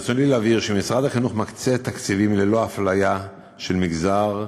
ברצוני להבהיר שמשרד החינוך מקצה תקציבים ללא הפליה של מגזר,